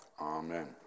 Amen